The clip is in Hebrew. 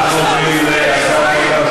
אדוני, אדוני.